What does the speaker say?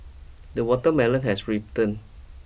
the watermelon has written